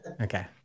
Okay